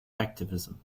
activism